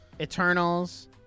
Eternals